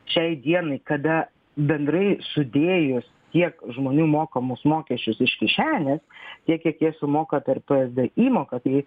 šiai dienai kada bendrai sudėjus tiek žmonių mokamus mokesčius iš kišenės tiek kiek jie sumoka perpsd įmokas į